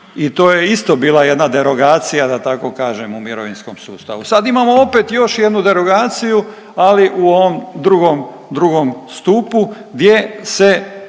I to je isto bila jedna derogacija da tako kažem u mirovinskom sustavu. Sad imamo opet još jednu derogaciju, ali u ovom drugom stupu gdje se